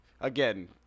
again